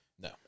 No